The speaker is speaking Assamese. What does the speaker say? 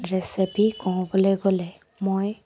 ৰেচিপি ক'বলৈ গ'লে মই